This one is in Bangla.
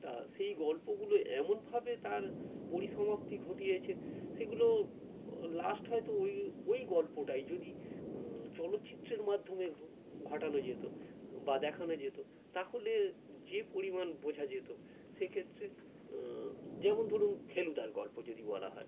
তা সেই গল্পগুলো এমনভাবে তার পরিসমাপ্তি ঘটিয়েছে সেগুলো লাস্ট হয়তো ওই ওই গল্পটাই যদি চলচ্চিত্রের মাধ্যমে ঘটানো যেত বা দেখানো যেত তাহলে যে পরিমাণ বোঝা যেত সেক্ষেত্রে যেমন ধরুন ফেলুদার গল্প যদি বলা হয়